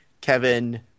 Kevin